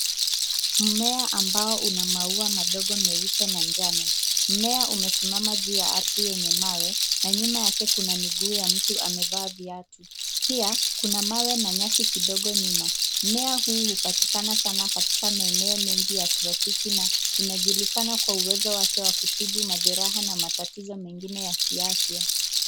Mmea ambao una maua madogo meupe na njano. Mmea umesimama juu ya ardhi yenye mawe na nyuma yake kuna miguu ya mtu amevaa viatu. Pia kuna mawe na nyasi kidogo nyuma. Mmea huu upatikana sana katika maeneo mengi ya tropiki na inajulikana kwa uwezo wake wa kutibu majeraha na matatizo mengine ya kiafya.